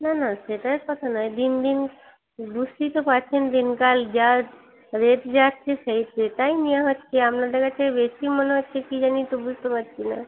না না সেটা কথা নয় দিন দিন বুঝতেই তো পারছেন দিন কাল যা রেট যাচ্ছে সেই সেটাই নেওয়া হচ্ছে আপনাদের কাছে বেশি মনে হচ্ছে কি জানি তো বুঝতে পারছি না